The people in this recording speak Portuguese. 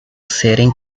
serem